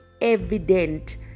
evident